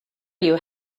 you